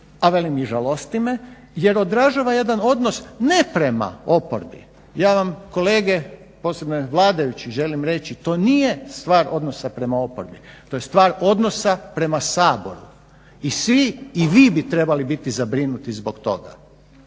a velim i žalosti me, jer odražava jedan odnos ne prema oporbi, ja vam kolege posebno vladajući želim reći to nije stvar odnosa prema oporbi to je stvar odnosa prema Saboru. I svi, i vi bi trebali biti zabrinuti zbog toga